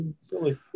silly